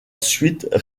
suite